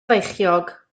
feichiog